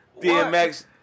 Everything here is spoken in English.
DMX